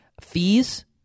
Fees